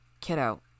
Kiddo